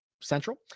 central